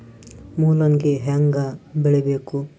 ಮೂಲಂಗಿ ಹ್ಯಾಂಗ ಬೆಳಿಬೇಕು?